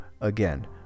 again